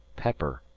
pepper,